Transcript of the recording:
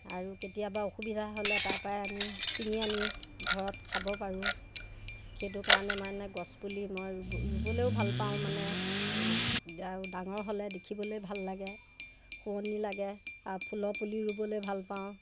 আৰু কেতিয়াবা অসুবিধা হ'লে তাৰপৰাই আমি চিঙি আনি ঘৰত খাব পাৰোঁ সেইটো কাৰণে মানে গছপুলি মই ৰুব ৰুবলৈয়ো ভাল পাওঁ মানে এই ডাঙৰ হ'লে দেখিবলৈ ভাল লাগে শুৱনি লাগে আৰু ফুলৰ পুলি ৰুবলৈ ভাল পাওঁ